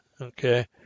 Okay